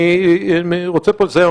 אני רוצה פה לסיים,